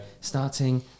Starting